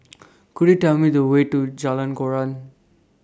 Could YOU Tell Me The Way to Jalan Koran